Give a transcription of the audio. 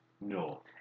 No